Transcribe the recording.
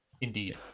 Indeed